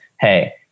hey